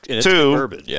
Two